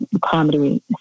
comedy